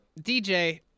DJ